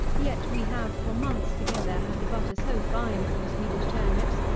yet we have, for months together, had the butter so fine from swedish turnips,